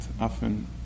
often